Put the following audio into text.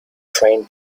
train